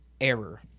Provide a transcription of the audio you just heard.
error